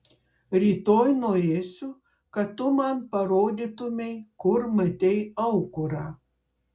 rytoj norėsiu kad tu man parodytumei kur matei aukurą